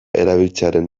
erabiltzearen